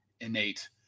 innate